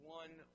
one